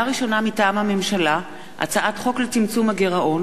הכנסת ירדנה מלר-הורוביץ: 6 הצעת חוק לצמצום הגירעון